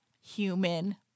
human